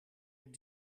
een